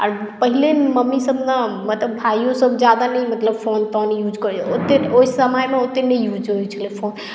आर पहिले मम्मीसभ ने मतलब भाइओसभ ज्यादा नहि मतलब फोन तोन यूज करैत मतलब ओतेक ओहि समयमे ओतेक नहि यूज होइत छलै फोन